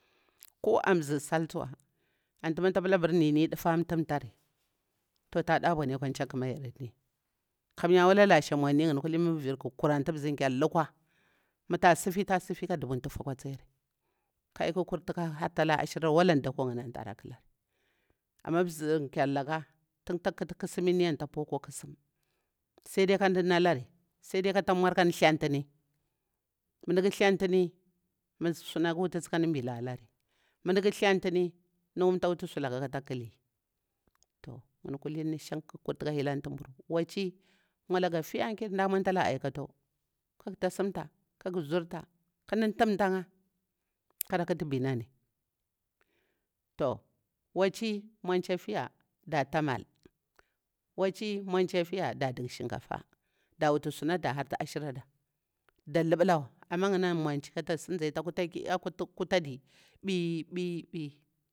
Ku an bzir sal tsuwa ati tah pilah abir nini dufur tamtari toh ta dabuni akwa ncha kumayarni, kamye walah washi money ngani mah vir kura ati bzichrri lukwa matah sifi ta sifi ka dubu hufu akwa siyari ka ƙu kurit haltaka ashirari wala au daku ngani anti tarahari. Ama bzinkyar laka tin ta ƙuti ƙusimni ati tah vukwa puwa kwa ƙusim. Sai dai kandi nalri, sai dai kata nmur kadin thlintim mah dik thlintini, mah suna wutisi kandi bilalari, mah duƙu thlintini nugun ta wutu sulaka kata kili. Toh ngani kulin shin ƙu kurtu ka hilanti nburu, achi nmwalah gafiya kinr mdah nmwatalaga aikatau, kagu tsimta kagu zurta kaɗu ntamta nkha kara ƙuti binani. Toh wachi nmachi fiya dah tah mal, walchi nmwachi afiya da duƙ shinkafa da wuti suna da harti ashirada da luɓlawa. Amah ngani an mmwach kata si nzi ata kutaki ata kutadi ɓi ɓi ɓi